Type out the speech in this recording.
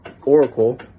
oracle